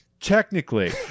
technically